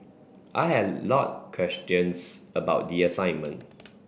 I had a lot of questions about the assignment